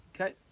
Okay